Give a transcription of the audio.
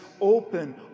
open